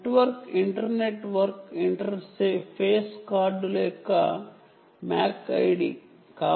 network interface కార్డుల యొక్క MAC ID లాంటిదని మీరు చెప్పగలరు